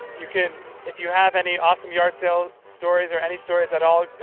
you can if you have any awesome yard sale stories or any stories at all,